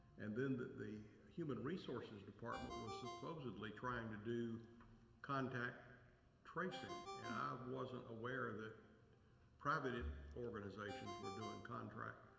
and then the the human resources department was supposedly trying to do contact tracing, and i wasn't aware that private organizations were doing contracts.